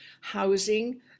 housing